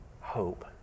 hope